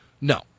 No